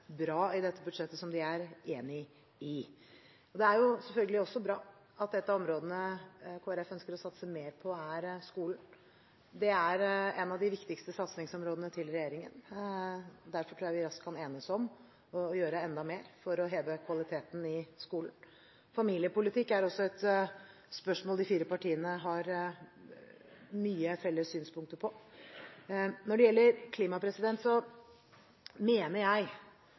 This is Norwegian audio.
bra i dette budsjettet som de er enig i. Det er selvfølgelig også bra at et av områdene Kristelig Folkeparti ønsker å satse mer på, er skolen. Det er et av de viktigste satsingsområdene til regjeringen. Derfor tror jeg vi raskt kan enes om å gjøre enda mer for å heve kvaliteten i skolen. Familiepolitikk er også et spørsmål de fire partiene har mange felles synspunkter på. Når det gjelder klima, mener jeg at regjeringen leverer på mange områder i dette budsjettet. Jeg